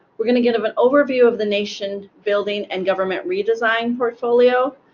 we're going to give an overview of the nation building and government redesign portfolio.